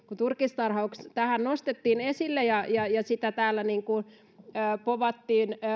kun turkistarhaus tähän nostettiin esille ja ja sitä täällä povattiin